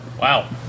Wow